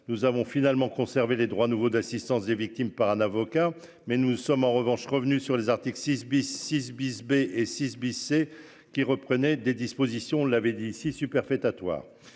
Nous avons finalement conserver les droits nouveaux d'assistance des victimes par un avocat mais nous sommes en revanche revenu sur les articles 6 bis, 6 bis B et six Bissey qui reprenaient des dispositions l'avait dit si superfétatoire.